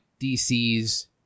DC's